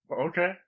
Okay